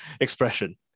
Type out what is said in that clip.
expression